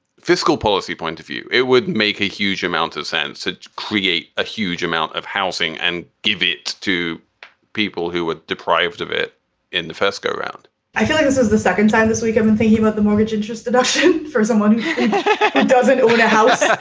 fiscal policy point of view. it would make a huge amount of sense to create a huge amount of housing and give it to people who were deprived of it in the first go round i feel like this is the second time this week on the theme of the mortgage interest deduction for someone who doesn't own a house yeah